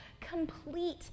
complete